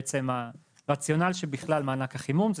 בעצם הרציונל של בכלל מענק החימום זה